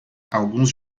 alguns